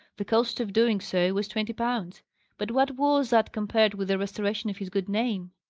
the cost of doing so was twenty pounds but what was that compared with the restoration of his good name?